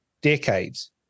decades